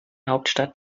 hauptstadt